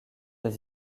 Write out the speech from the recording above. des